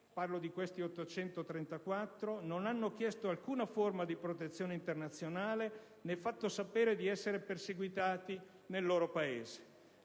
riaccompagnati) non hanno chiesto alcuna forma di protezione internazionale, né hanno fatto sapere di essere perseguitati nel loro Paese.